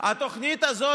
התוכנית הזאת,